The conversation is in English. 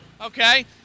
Okay